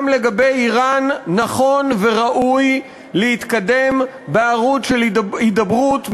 גם לגבי איראן נכון וראוי להתקדם בערוץ של הידברות מדינית,